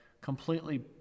completely